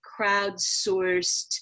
crowdsourced